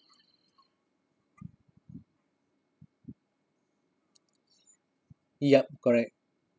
yup correct